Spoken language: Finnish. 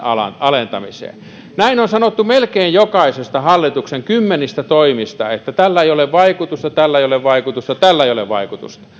alentamiseen näin on sanottu melkein jokaisesta hallituksen kymmenistä toimista että tällä ei ole vaikutusta tällä ei ole vaikutusta tällä ei ole vaikutusta